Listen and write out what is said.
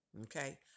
Okay